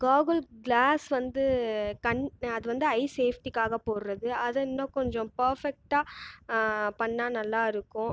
காகுல் glass வந்து கண் அது வந்து ஐ சேஃப்டிக்காக போடுறது அதை இன்னும் கொஞ்சம் பேர்ஃபெக்ட்டா பண்ணால் நல்லாயிருக்கும்